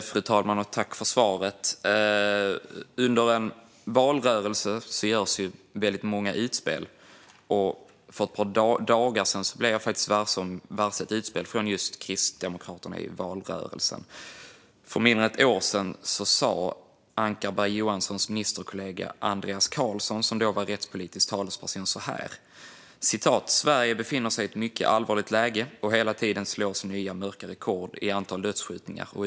Fru talman! Jag tackar för svaret. Under en valrörelse görs många utspel. För ett par dagar sedan blev jag varse ett utspel från just Kristdemokraterna i valrörelsen. För mindre än ett år sedan sa Acko Ankarberg Johanssons ministerkollega Andreas Carlson, som då var rättspolitisk talesperson: Sverige befinner sig i ett mycket allvarligt läge, och hela tiden slås nya mörka rekord i antal dödsskjutningar.